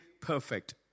perfect